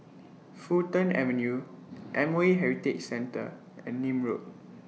Fulton Avenue M O E Heritage Centre and Nim Road